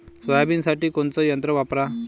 सोयाबीनसाठी कोनचं यंत्र वापरा?